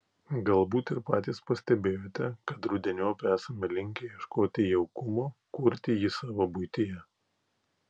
galbūt ir patys pastebėjote kad rudeniop esame linkę ieškoti jaukumo kurti jį savo buityje